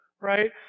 right